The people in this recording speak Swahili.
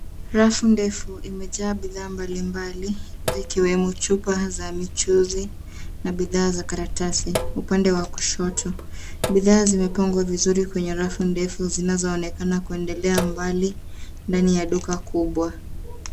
Rafu ndefu imejaa bidhaa mbali mbali zikiwemo chupa za michuzi na bidhaa za karatasi upande wa kushoto. Bidhaa zimepangwa vizuri kwenye rafu ndefu zinaonekana kundelea mbali ndani ya duka kubwa.